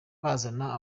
bazana